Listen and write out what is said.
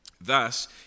Thus